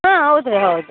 ಹಾಂ ಹೌದ್ರಿ ಹೌದು